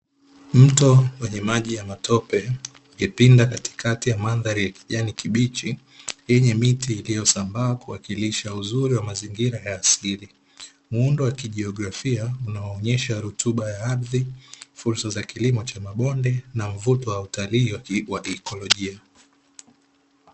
Mto wenye maji ya matope ukipinda katikati ya mandhari ya kijani kibichi yenye miti iliyosambaa kuwakilisha uzuri wa mazingira ya asili, muundo wa kijiografia unaoonesha rutuba ya ardhi, fursa za kilimo cha mabonde na mvuto wa utalii wa ikolojia.